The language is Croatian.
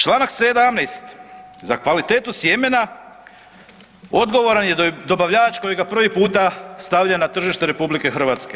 Čl. 17. za kvalitetu sjemena odgovoran je dobavljač koji ga prvi puta stavlja na tržište RH.